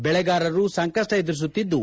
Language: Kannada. ಬೆಳೆಗಾರರು ಸಂಕಷ್ಷ ಎದುರಿಸುತ್ತಿದ್ದು